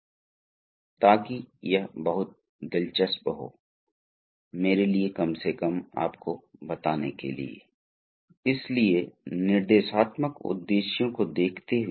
इसलिए हम यहां शुरू करते हैं शुरू करने से पहले हम निर्देशात्मक उद्देश्यों को देखते हैं